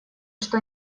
что